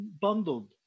bundled